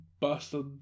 bastard